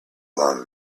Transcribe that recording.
long